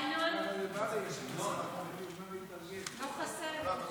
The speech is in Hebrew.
חבריי חברי הכנסת, אדוני היושב-ראש, תפעיל את